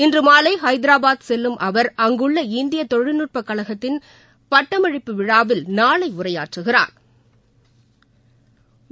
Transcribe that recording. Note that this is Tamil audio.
இன்றுமாலைஹைதராபாத் செல்லும் அவர் அங்குள்ள இந்தியதொழில்நுட்பக் கழகத்தின் பட்டமளிப்பு விழாவில் நாளை உரையாற்றுகிறாா்